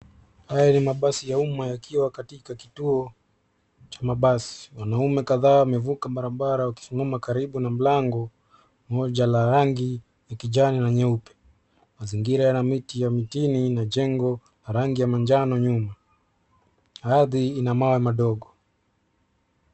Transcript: Hayo ni mabasi ya umma yakiwa katika kituo cha mabasi. Wanaume kadhaa wamevuka barabara wakisimama karibu na mlango mmoja la rangi ya kijani na nyeupe. Mazingira yana miti ya mitini na jengo la rangi ya manjano nyuma, ardhi ina mawe madogo.